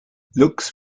looks